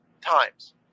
times